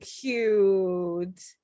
cute